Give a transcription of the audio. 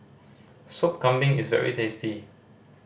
Sop Kambing is very tasty